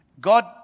God